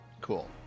Cool